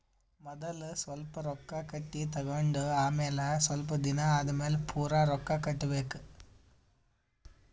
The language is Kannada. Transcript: ಮದಲ್ ಸ್ವಲ್ಪ್ ರೊಕ್ಕಾ ಕಟ್ಟಿ ತಗೊಂಡ್ ಆಮ್ಯಾಲ ಸ್ವಲ್ಪ್ ದಿನಾ ಆದಮ್ಯಾಲ್ ಪೂರಾ ರೊಕ್ಕಾ ಕಟ್ಟಬೇಕ್